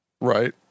Right